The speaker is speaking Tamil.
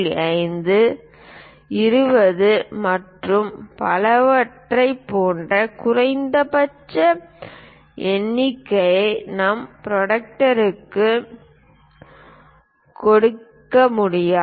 5 20 மற்றும் பலவற்றைப் போன்ற குறைந்தபட்ச எண்ணிக்கையை நம் ப்ரொடெக்டருக்கு கொண்டிருக்க முடியாது